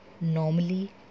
normally